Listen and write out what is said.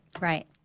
Right